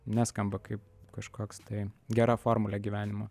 neskamba kaip kažkoks tai gera formulė gyvenimo